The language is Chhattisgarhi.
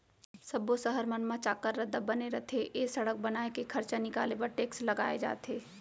सब्बो सहर मन म चाक्कर रद्दा बने रथे ए सड़क बनाए के खरचा निकाले बर टेक्स लगाए जाथे